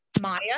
maya